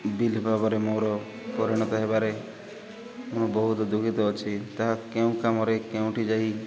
bill ଭାବରେ ମୋର ପରିଣତ ହେବାରେ ମୁଁ ବହୁତ ଦୁଃଖିତ ଅଛି ତାହା କେଉଁ କାମରେ କେଉଁଠି ଯାଇ